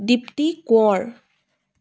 Dipti Konwar